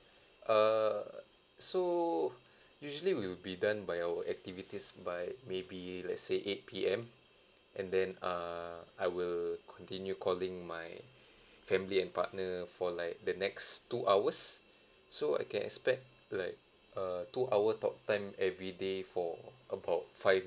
err so usually we'll be done by our activities by maybe let's say eight P_M and then err I will continue calling my family and partner for like the next two hours so I can expect like uh two hour talk time everyday for about five